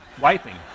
wiping